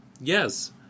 Yes